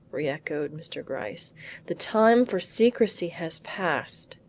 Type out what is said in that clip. reechoed mr. gryce the time for secrecy has passed.